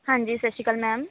ਹਾਂਜੀ ਸਤਿ ਸ਼੍ਰੀ ਅਕਾਲ ਮੈਮ